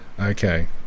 Okay